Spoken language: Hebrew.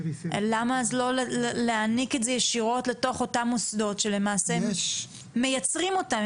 אז למה לא להעניק את זה ישירות לתוך אותם מוסדות שלמעשה מייצרים אותם?